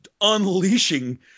unleashing